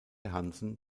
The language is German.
hansen